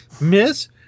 Miss